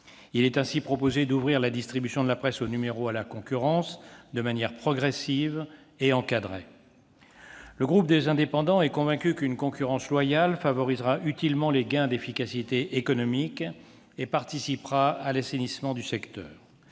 Il est ainsi proposé d'ouvrir la distribution de la presse au numéro à la concurrence, de manière progressive et encadrée. Le groupe Les Indépendants - République et Territoires est convaincu qu'une concurrence loyale favorisera utilement les gains d'efficacité économique et participera à l'assainissement du secteur.